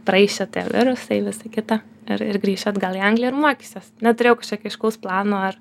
praeis čia tie virusai visa kita ir ir grįšiu atgal į angliją ir mokysiuos neturėjau jokio aiškaus plano ar